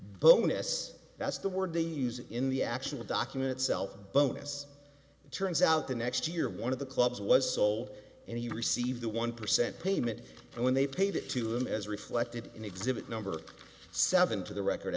bonus that's the word they use in the actual document itself and bonus turns out the next year one of the clubs was sold and he received the one percent payment and when they paid it to him as reflected in exhibit number seven to the record